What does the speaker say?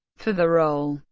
for the role,